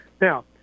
Now